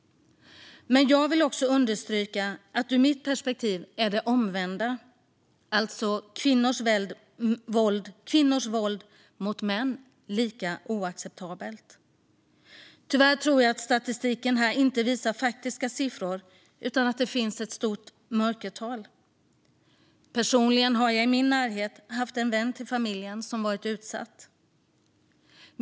Jag vill också understryka att ur mitt perspektiv är det omvända, alltså kvinnors våld mot män, lika oacceptabelt. Tyvärr tror jag att statistiken här inte visar faktiska siffror utan att det finns ett stort mörkertal. Personligen har jag i min närhet haft en vän till familjen som varit utsatt.